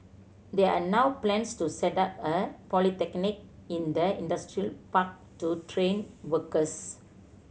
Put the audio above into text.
there are now plans to set up a polytechnic in the industrial park to train workers